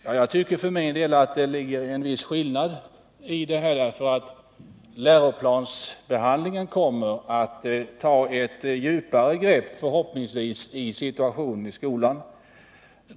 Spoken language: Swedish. Ja, jag tycker för min del att det finns en viss skillnad när det gäller agerandet i frågan. Jag hoppas att man i samband med läroplansbehandlingen tar ett hårdare grepp om situationen i skolan.